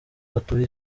batuye